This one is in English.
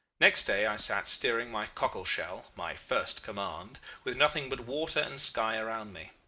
next day i sat steering my cockle-shell my first command with nothing but water and sky around me.